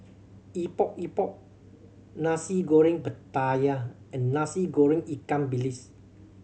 Epok Epok Nasi Goreng Pattaya and Nasi Goreng ikan bilis